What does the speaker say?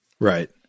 Right